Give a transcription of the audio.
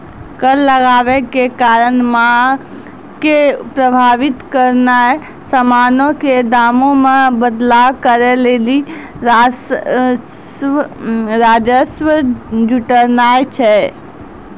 कर लगाबै के कारण मांग के प्रभावित करनाय समानो के दामो मे बदलाव करै लेली राजस्व जुटानाय छै